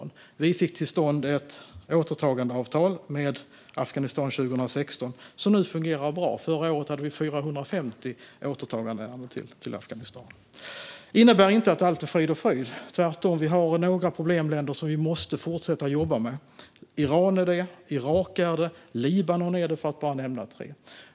Men vi fick till stånd ett återtagandeavtal med Afghanistan 2016 som nu fungerar bra, och förra året hade vi 450 återtaganden till Afghanistan. Det innebär inte att allt är frid och fröjd, Tvärtom har vi några problemländer som vi måste fortsätta att jobba med, till exempel Iran, Irak och Libanon för att bara nämna tre.